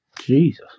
Jesus